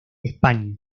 españa